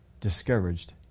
discouraged